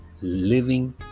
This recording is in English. living